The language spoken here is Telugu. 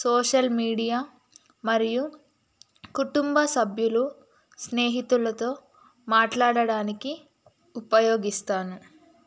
సోషల్ మీడియా మరియు కుటుంబ సభ్యులు స్నేహితులతో మాట్లాడడానికి ఉపయోగిస్తాను